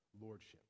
lordship